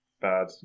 bad